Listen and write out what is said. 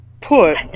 put